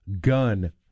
gun